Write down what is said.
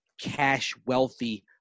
cash-wealthy